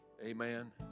Amen